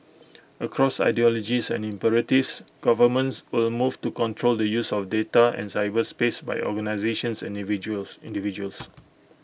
across ideologies and imperatives governments will move to control the use of data and cyberspace by organisations individuals individuals